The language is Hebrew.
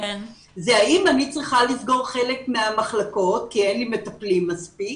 זה האם אני צריכה לסגור חלק מהמחלקות כי אין לי מטפלים מספיק,